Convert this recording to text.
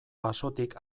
basotik